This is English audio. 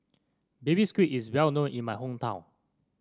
Baby Squid is well known in my hometown